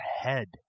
Head